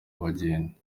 bagenda